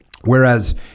Whereas